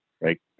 Right